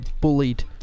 bullied